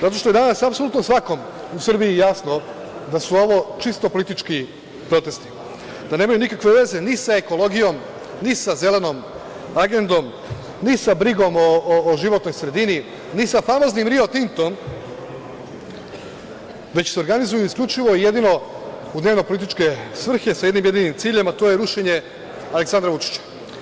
Zato što je danas apsolutno svakom u Srbiji jasno da su ovo čisto politički protesti, da nemaju nikakve veze ni sa ekologijom, ni sa Zelenom agendom, ni sa brigom o životnoj sredini, ni sa famoznim „Rio Tintom“, već se organizuju isključivo i jedino u dnevno političke svrhe sa jednim jedinim ciljem, a to je rušenje Aleksandra Vučića.